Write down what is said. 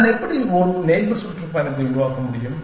நான் எப்படி ஒரு நெய்பர் சுற்றுப்பயணத்தை உருவாக்க முடியும்